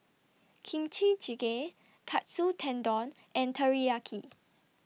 Kimchi Jjigae Katsu Tendon and Teriyaki